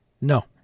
No